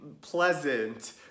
pleasant